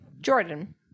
jordan